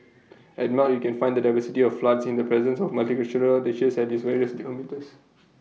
at melt you can find the diversity of floods in the presence of multicultural dishes at this various